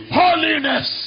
holiness